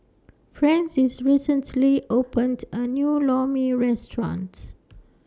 Francis recently opened A New Lor Mee restaurants